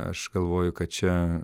aš galvoju kad čia